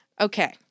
Okay